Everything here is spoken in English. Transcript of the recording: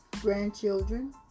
grandchildren